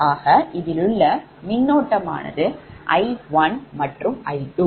ஆக இதிலுள்ள மின்னோட்டமானது I1 மற்றும் I2